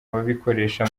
ababikoresha